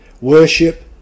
worship